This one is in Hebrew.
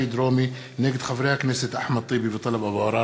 דרומי נגד חברי הכנסת אחמד טיבי וטלב אבו עראר.